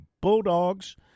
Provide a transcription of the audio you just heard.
Bulldogs